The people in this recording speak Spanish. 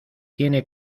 tiene